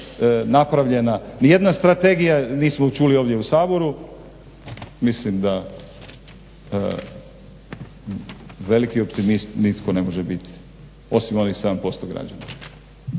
napravljena, nijedna strategija, nismo čuli ovdje u Saboru, mislim da veliki optimist nitko ne može bit, osim onih 7% građana.